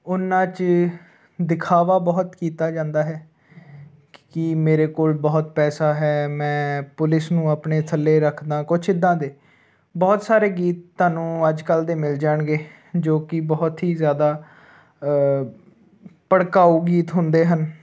ਉਹਨਾਂ 'ਚ ਦਿਖਾਵਾ ਬਹੁਤ ਕੀਤਾ ਜਾਂਦਾ ਹੈ ਕਿ ਮੇਰੇ ਕੋਲ ਬਹੁਤ ਪੈਸਾ ਹੈ ਮੈਂ ਪੁਲਿਸ ਨੂੰ ਆਪਣੇ ਥੱਲੇ ਰੱਖਦਾ ਕੁਛ ਇੱਦਾਂ ਦੇ ਬਹੁਤ ਸਾਰੇ ਗੀਤ ਤੁਹਾਨੂੰ ਅੱਜ ਕੱਲ੍ਹ ਦੇ ਮਿਲ ਜਾਣਗੇ ਜੋ ਕਿ ਬਹੁਤ ਹੀ ਜ਼ਿਆਦਾ ਭੜਕਾਊ ਗੀਤ ਹੁੰਦੇ ਹਨ